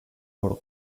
loro